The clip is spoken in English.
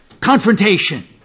confrontation